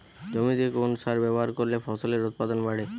জমিতে কোন সার ব্যবহার করলে ফসলের উৎপাদন বাড়ে?